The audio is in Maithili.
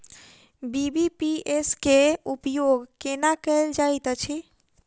बी.बी.पी.एस केँ उपयोग केना कएल जाइत अछि?